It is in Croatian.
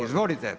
Izvolite.